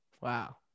Wow